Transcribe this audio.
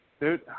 Dude